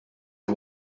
you